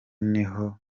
niho